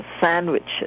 sandwiches